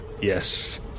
Yes